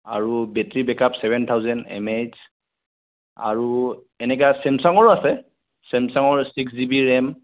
আৰু battery backup seven thousand mAh আৰু এনেকুৱা ছেমচাঙৰো আছে চেমচাঙৰ ছিক্স জিবি ৰেম